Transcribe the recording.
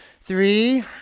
Three